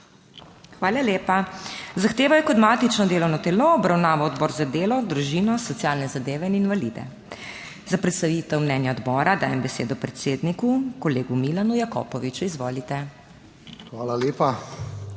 Hvala lepa. Zahtevo je kot matično delovno telo obravnaval Odbor za delo, družino, socialne zadeve in invalide. Za predstavitev mnenja odbora dajem besedo predsedniku kolegu Milanu Jakopoviču. Izvolite. **MILAN